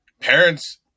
parents